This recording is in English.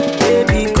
baby